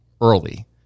early